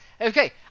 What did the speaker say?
Okay